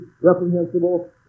reprehensible